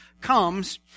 comes